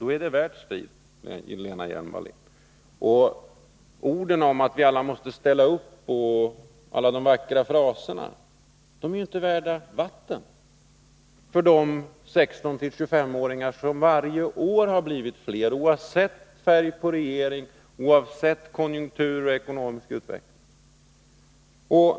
Då är det värt striden. Orden om att vi alla måste ställa upp, och alla de vackra fraserna, är ju inte värda vatten för de arbetslösa 16-25-åringar som varje år blivit fler, oavsett färg på regering, konjunktur och ekonomisk utveckling.